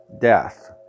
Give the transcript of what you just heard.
death